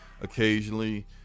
Occasionally